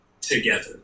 together